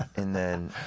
and then